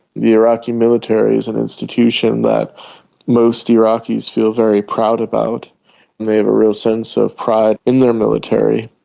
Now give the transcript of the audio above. the iraqi military is an institution that most iraqis feel very proud about and they have a real sense of pride in their military,